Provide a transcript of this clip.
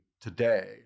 today